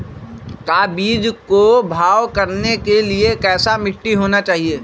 का बीज को भाव करने के लिए कैसा मिट्टी होना चाहिए?